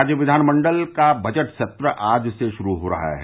राज्य विधानमंडल का बजट सत्र आज से शुरू हो रहा है